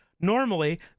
Normally